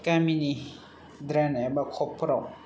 गामिनि द्रैन एबा खबफोराव